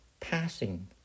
Passing